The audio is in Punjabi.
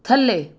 ਥੱਲੇ